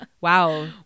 Wow